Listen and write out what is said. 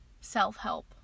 self-help